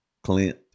Clint